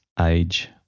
Age